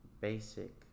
Basic